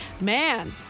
man